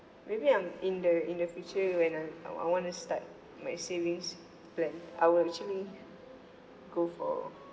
maybe I'm in the in the future when I I want to start my savings plan I will actually go for